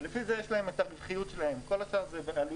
ולפי זה יש להם רווחיות, כל השאר עלויות.